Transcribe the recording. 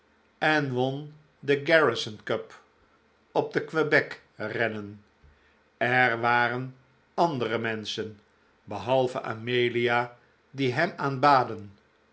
en won de garrison cup op de quebec rennen er waren andere menschen behalve amelia die hem aanbaden